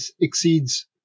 exceeds